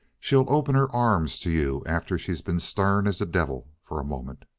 she'll open her arms to you after she's been stern as the devil for a moment.